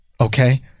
Okay